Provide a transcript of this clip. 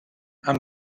amb